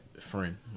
friend